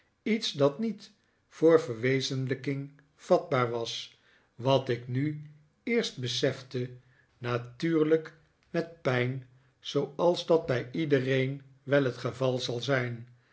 iets dat niet voor verwezenlijking vatbaar was wat ik nu eerst besefte natuurlijk met pijn zooals dat bij iedereen wel het geval zal zijn